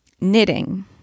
knitting